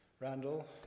Randall